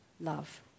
love